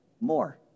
more